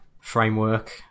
framework